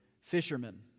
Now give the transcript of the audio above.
fishermen